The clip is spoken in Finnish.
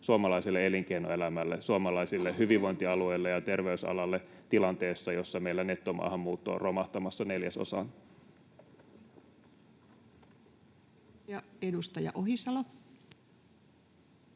suomalaiselle elinkeinoelämälle, suomalaisille hyvinvointialueille ja terveysalalle tilanteessa, jossa meillä nettomaahanmuutto on romahtamassa neljäsosaan? [Speech